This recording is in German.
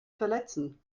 verletzen